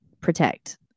protect